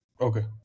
Okay